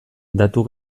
datu